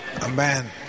Amen